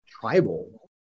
tribal